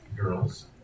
girls